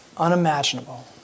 Unimaginable